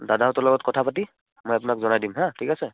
দাদাহঁতৰ লগত কথা পাতি মই আপোনাক জনাই দিম হা ঠিক আছে